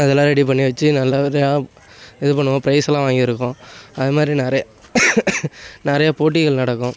அதெல்லாம் ரெடி பண்ணி வச்சி நல்லா இதாக இது பண்ணுவோம் பிரைஸுலாம் வாங்கியிருக்கோம் அது மாதிரி நிறையா நிறையா போட்டிகள் நடக்கும்